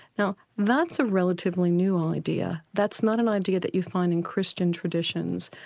now that's a relatively new idea, that's not an idea that you find in christian traditions,